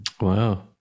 wow